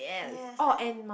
yes I think